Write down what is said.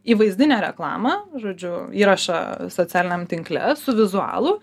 įvaizdinę reklamą žodžiu įrašą socialiniam tinkle su vizualu